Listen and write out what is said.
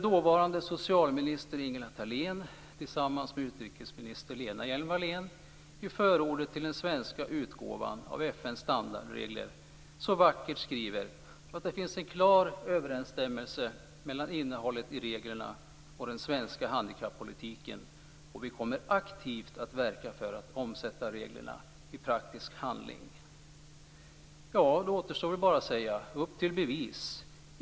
Dåvarande socialminister Ingela Thalén skriver tillsammans med utrikesminister Lena Hjelm-Wallén i förordet till den svenska utgåvan av FN:s standardregler så vackert att det finns en klar överensstämmelse mellan innehållet i reglerna och den svenska handikappolitiken, och att man aktivt kommer att verka för att omsätta reglerna i praktisk handling. Då återstår bara att säga följande: Upp till bevis!